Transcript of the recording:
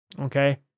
Okay